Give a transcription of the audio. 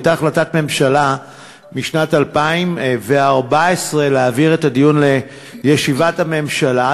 הייתה החלטת ממשלה משנת 2014 להעביר את הדיון לישיבת הממשלה,